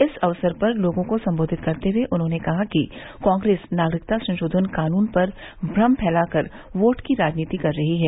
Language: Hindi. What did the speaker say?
इस अवसर पर लोगों को सम्बोधित करते हुये उन्होंने कहा कि कांग्रेस नागरिकता संशोधन कानून पर भ्रम फैलाकर वोट की राजनीति कर रही है